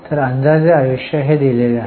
तर अंदाजित आयुष्य हे दिलेले आहे